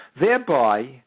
thereby